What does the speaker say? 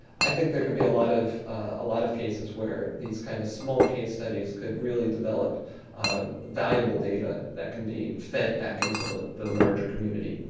i think there could be a lot of ah lot of cases where these kind of small case studies could really develop valuable data that can be fed back into the the larger community.